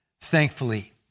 thankfully